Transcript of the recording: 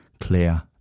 clear